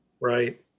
right